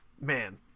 man